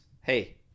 hey